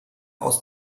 aus